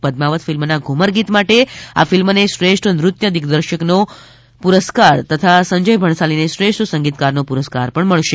પદ્માવત ફિલ્મના ધૂમર ગીત માટે આ ફિલ્મને શ્રેષ્ઠ નૃત્ય દિગ્દર્શનનો પુરસ્કાર તથા સંજય ભણસાળીને શ્રેષ્ઠ સંગીતકારનો પુરસ્કાર મળશે